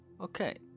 okay